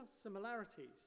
similarities